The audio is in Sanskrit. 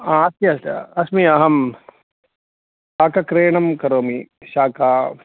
अस्ति अस्मि अहं शाखक्रयणं करोमि शाख